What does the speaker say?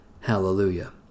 Hallelujah